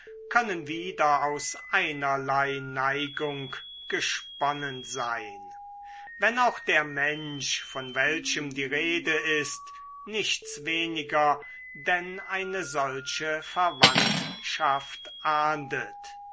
können wieder aus einerlei neigung gesponnen sein wenn auch der mensch von welchem die rede ist nichts weniger denn eine solche verwandtschaft ahndet